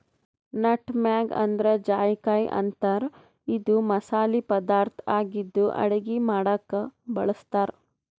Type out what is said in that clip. nutmeg ಅಂದ್ರ ಜಾಯಿಕಾಯಿ ಅಂತಾರ್ ಇದು ಮಸಾಲಿ ಪದಾರ್ಥ್ ಆಗಿದ್ದ್ ಅಡಗಿ ಮಾಡಕ್ಕ್ ಬಳಸ್ತಾರ್